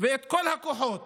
וכל הכוחות